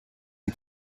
des